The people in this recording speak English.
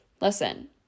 Listen